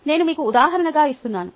నేను మీకు ఉదాహరణగా ఇస్తున్నాను